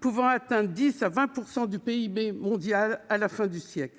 pouvant atteindre 10 % à 20 % du PIB mondial à la fin du siècle ».